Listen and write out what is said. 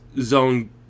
zone